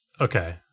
Okay